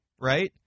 right